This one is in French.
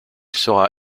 sera